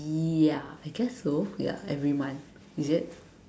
ya I guess so ya every month is it